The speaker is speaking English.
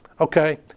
okay